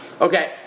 Okay